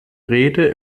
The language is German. rede